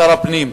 שר הפנים,